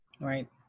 Right